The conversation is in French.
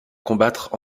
combattre